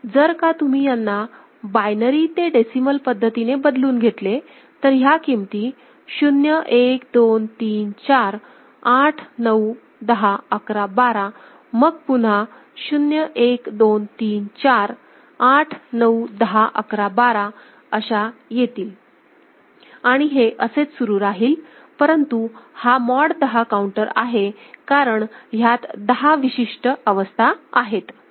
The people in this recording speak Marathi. पण जर का तुम्ही यांना बायनरी ते डेसिमल पद्धतीने बदलून घेतले तर ह्या किमती0 1 2 3 4 8 9 10 11 12 मग पुन्हा0 1 2 3 4 8 9 10 11 12 अशा येतील आणि हे असेच सुरू राहील परंतु हा मॉड 10 काऊंटर आहे कारण ह्यात दहा विशिष्ट अवस्था आहेत